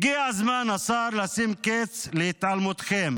הגיע הזמן, השר, לשים קץ להתעלמותכם